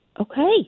Okay